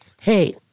hey